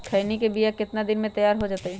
खैनी के बिया कितना दिन मे तैयार हो जताइए?